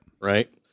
Right